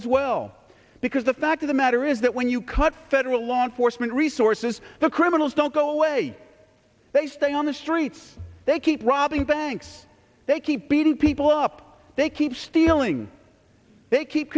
as well because the fact of the matter is that when you cut federal law enforcement resources the criminals don't go away they stay on the streets they keep robbing banks they keep beating people up they keep stealing they keep